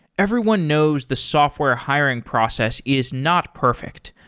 everyone knows the software hiring process is not perfect.